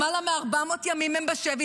למעלה מ-400 ימים הם בשבי,